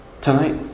tonight